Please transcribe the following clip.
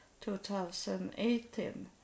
2018